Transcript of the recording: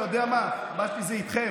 אתה יודע מה, הבעיה שלי זה איתכם.